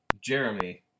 Jeremy